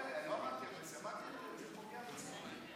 לא אמרתי איזה, אמרתי "זה פוגע בציבור".